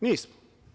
Nismo.